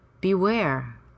Beware